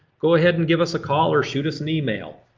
go ahead and give us a call or shoot us an email.